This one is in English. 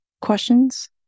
questions